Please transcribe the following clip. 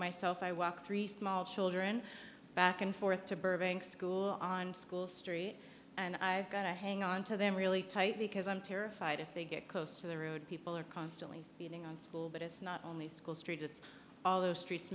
myself i walk three small children back and forth to burbank school on school street and i've got to hang on to them really tight because i'm terrified if they get close to the road people are constantly speeding on school but it's not only school street it's all those streets